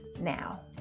now